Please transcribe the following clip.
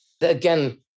again